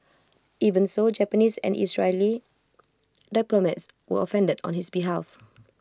even so Japanese and Israeli diplomats were offended on his behalf